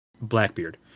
Blackbeard